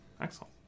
Excellent